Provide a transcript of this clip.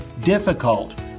difficult